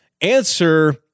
answer